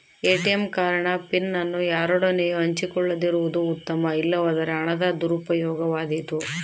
ATM card ನ PIN ಅನ್ನು ಯಾರೊಡನೆಯೂ ಹಂಚಿಕೊಳ್ಳದಿರುವುದು ಉತ್ತಮ, ಇಲ್ಲವಾದರೆ ಹಣದ ದುರುಪಯೋಗವಾದೀತು